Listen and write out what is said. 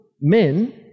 men